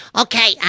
Okay